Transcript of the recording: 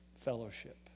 fellowship